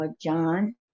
John